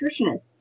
nutritionist